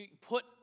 put